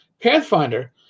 Pathfinder